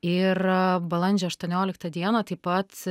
ir balandžio aštuonioliktą dieną taip pat